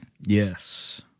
yes